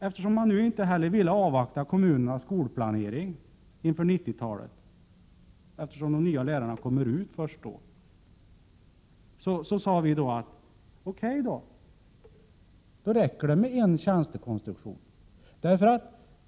Eftersom man inte heller avvaktar kommunernas skolplanering inför 90-talet — de nya lärarna kommer ju ut först då — sade vi: Okej, det räcker med en enda tjänstekonstruktion.